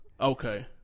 Okay